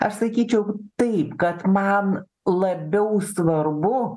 aš sakyčiau taip kad man labiau svarbu